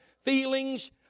feelings